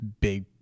big